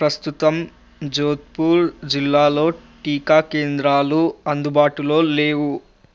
ప్రస్తుతం జోధ్పూర్ జిల్లాలో టీకా కేంద్రాలు అందుబాటులో లేవు